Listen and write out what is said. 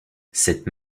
cette